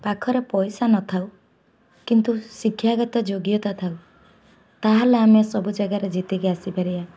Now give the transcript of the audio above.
ପାଖରେ ପଇସା ନଥାଉ କିନ୍ତୁ ଶିକ୍ଷାଗତ ଯୋଗ୍ୟତା ଥାଉ ତାହେଲେ ଆମେ ସବୁ ଜାଗାରେ ଯେତିକି ଆସିପାରିବା